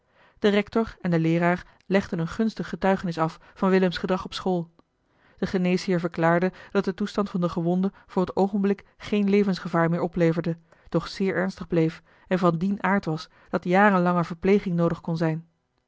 rector en de leeraar legden een gunstig getuigenis af van willems gedrag op school de geneesheer verklaarde dat de toestand van den gewonde voor het oogenblik geen levensgevaar meer opleverde doch zeer ernstig bleef en van dien aard was dat jarenlange verpleging noodig kon zijn